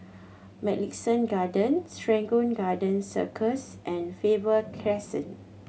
Mugliston Garden Serangoon Garden Circus and Faber Crescent